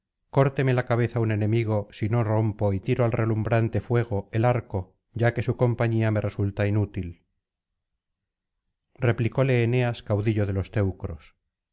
córteme la cabeza un enemigo si no rompo y tiro al relumbrante fuego el arco ya que su compañía me resulta inútil replicole eneas caudillo de los teucros